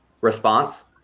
response